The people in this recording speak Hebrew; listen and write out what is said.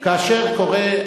כאשר קורה,